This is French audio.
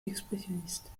expressionniste